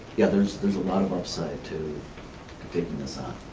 yeah there's there's a lot of offsite to taking this on.